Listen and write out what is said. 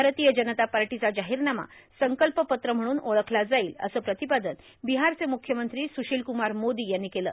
भारतीय जनता पार्टीचा जाहीरनामा संकल्प पत्र म्हणून ओळखला जाईल असं प्रतिपादन बिहारचे मुख्यमंत्री सुशिलक्रमार मोदी यांनी केलं